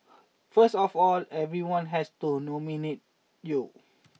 first of all everyone has to nominate you